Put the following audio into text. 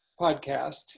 podcast